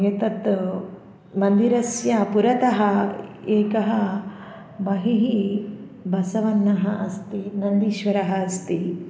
एतत् मन्दिरस्य पुरतः एकः बहिः बसवन्नः अस्ति नन्दीश्वरः अस्ति